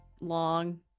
long